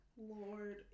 lord